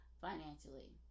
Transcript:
financially